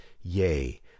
yea